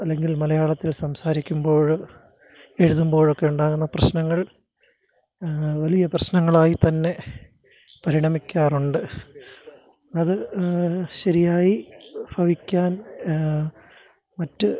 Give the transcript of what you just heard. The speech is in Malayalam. അല്ലെങ്കില് മലയാളത്തില് സംസാരിക്കുമ്പോൾ എഴുതുമ്പോഴൊക്കെ ഉണ്ടാകുന്ന പ്രശ്നങ്ങള് വലിയ പ്രശ്നങ്ങളായി തന്നെ പരിണമിക്കാറുണ്ട് അത് ശരിയായി ഭവിക്കാന് മറ്റു